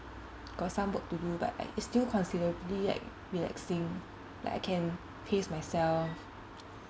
got some work to do but like it's still considerably relaxing like I can pace myself